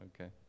okay